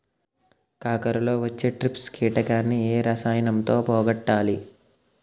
కాకరలో వచ్చే ట్రిప్స్ కిటకని ఏ రసాయనంతో పోగొట్టాలి?